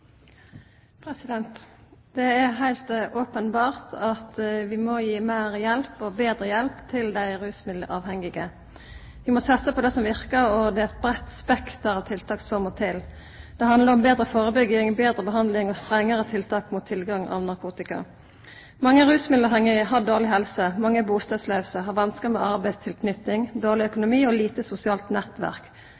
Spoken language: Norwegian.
de rusmiddelavhengige. Vi må satse på det som virker, og det er et bredt spekter av tiltak som må til. Det handler om bedre forebygging, bedre behandling og strengere tiltak mot tilgangen på narkotika. Mange rusmiddelavhengige har dårlig helse, er bostedsløse, har vansker med arbeidstilknytning, dårlig